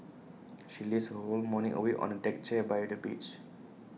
she lazed her whole morning away on A deck chair by the beach